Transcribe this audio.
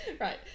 Right